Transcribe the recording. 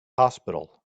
hospital